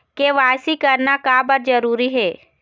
KYC करना का बर जरूरी हे?